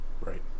Right